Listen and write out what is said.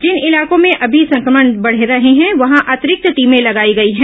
जिन इलाकों में अभी संक्रमण बढ रहे हैं वहां अतिरिक्त टीमें लगाई गई हैं